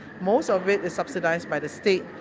most of it is subsidised by the state,